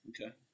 Okay